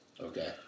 Okay